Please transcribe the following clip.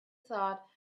though